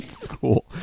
cool